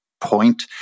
point